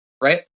Right